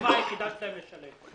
היום זו התקווה היחידה שלהם לשלם.